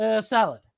salad